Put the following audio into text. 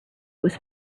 was